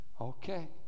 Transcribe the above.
Okay